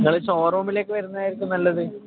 നിങ്ങൾ ഷോറൂമിലേക്ക് വരുന്നതായിരിക്കും നല്ലത്